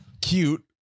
Cute